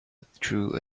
withdrew